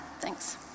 thanks